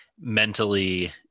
mentally